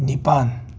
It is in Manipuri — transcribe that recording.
ꯅꯤꯄꯥꯟ